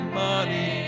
money